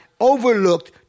overlooked